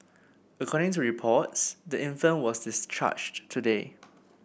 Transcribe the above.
according to reports the infant was discharged today